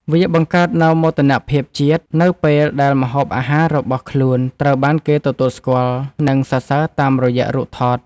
វាបង្កើតនូវមោទនភាពជាតិ នៅពេលដែលម្ហូបអាហាររបស់ខ្លួនត្រូវបានគេទទួលស្គាល់ និងសរសើរតាមរយៈរូបថត។